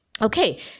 Okay